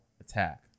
attack